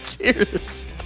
Cheers